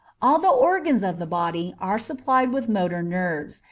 all the organs of the body are supplied with motor nerves,